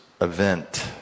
event